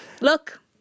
Look